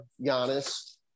Giannis